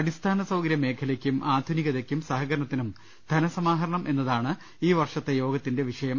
അടിസ്ഥാനസൌകര്യമേഖലയ്ക്കും ആധുനിക തയ്ക്കും സഹകരണത്തിനും ധനസമാഹരണം എന്നതാണ് ഈ വർഷത്തെ യോഗത്തിന്റെ വിഷയം